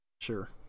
sure